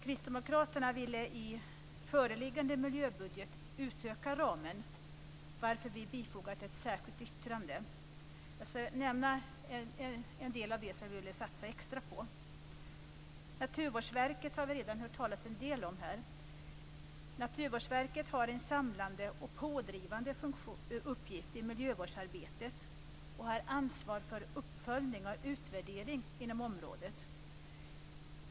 Kristdemokraterna ville i föreliggande miljöbudget utöka ramen, varför vi bifogat ett särskilt yttrande. Jag skall nämna något av det som vi vill satsa extra på. Naturvårdsverket har vi redan hört talas om en del här. Naturvårdsverket har en samlande och pådrivande uppgift i miljövårdsarbetet och har ansvar för uppföljning och utvärdering inom området.